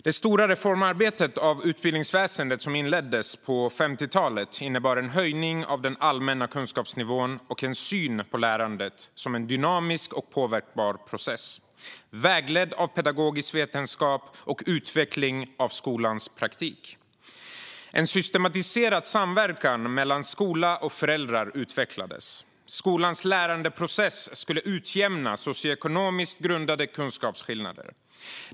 Det stora reformarbete för utbildningsväsendet som inleddes på 50talet innebar en höjning av den allmänna kunskapsnivån och en syn på lärandet som en dynamisk och påverkbar process vägledd av pedagogisk vetenskap och utveckling av skolans praktik. En systematiserad samverkan mellan skola och föräldrar utvecklades. Skolans lärandeprocess skulle utjämna socioekonomiskt grundade kunskapsskillnader.